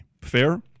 Fair